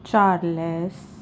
charles